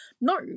No